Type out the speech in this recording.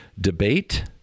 Debate